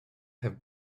have